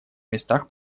местах